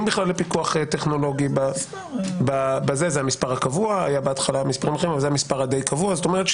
לפיקוח טכנולוגי זה המספר הדי קבוע זאת אומרת,